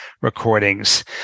recordings